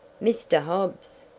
mr. hobbs!